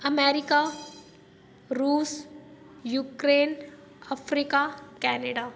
America रूस Ukraine Africa Canada